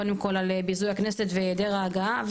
קודם כל על ביזוי הכנסת והיעדר ההגעה,